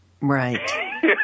Right